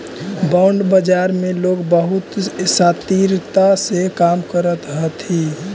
bond बाजार में लोग बहुत शातिरता से काम करऽ हथी